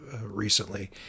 recently